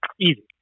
Easy